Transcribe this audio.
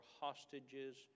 hostages